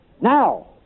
Now